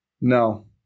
No